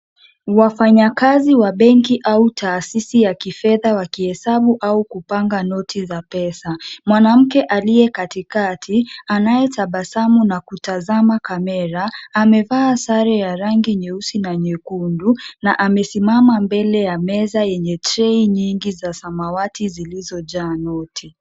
Wafanyakazi wa benki au taasisi ya kifedha wakihesabu au kupanga noti za pesa. Mwanamke aliye katikati, anayetabasamu na kutazama kamera, amevaa sare ya rangi nyeusi na nyekundu na amesimama mbele ya meza yenye tray nyingi za samawati zilizojaa noti.